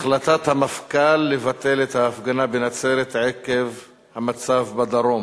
החלטת המפכ"ל לבטל את ההפגנה בנצרת עקב המצב בדרום,